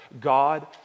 God